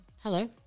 Hello